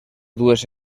dues